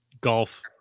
golf